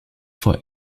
for